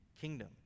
kingdom